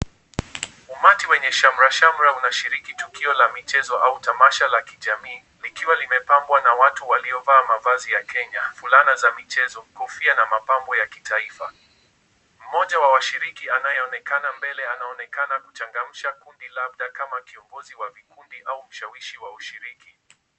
Umati wenye shamra shamra unashiriki tukio la michezo au tamasha la kijamii, likiwa limepambwa na watu waliovaa mavazi ya Kenya, fulana za michezo, kofia na mapambo ya kitaifa. Mmoja wa washiriki anayeonekana mbele, anaonekana kuchangamsha kundi labda kama kiongozi wa vikundi au mshawishi wa ushiriki.